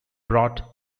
brought